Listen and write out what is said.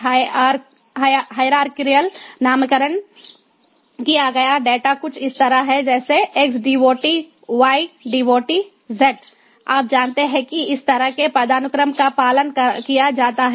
hierarchically नामकरण किया गया डेटा कुछ इस तरह है जैसे x dot y dot z आप जानते हैं कि इस तरह के पदानुक्रम का पालन किया जाता है